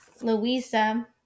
Louisa